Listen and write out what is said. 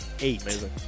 Eight